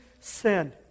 sin